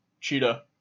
Cheetah